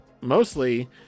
mostly